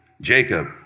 Jacob